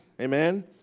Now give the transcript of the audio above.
Amen